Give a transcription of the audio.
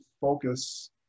focus